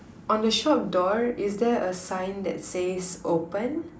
on the shop door is there a sign that says open